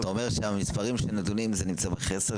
אתה אומר שהמספרים שנדונים זה נמצא בחסר,